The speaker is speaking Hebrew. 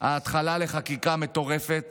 ההתחלה של חקיקה מטורפת